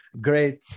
great